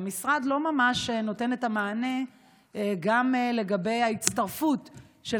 והמשרד לא ממש נותן את המענה גם לגבי ההצטרפות של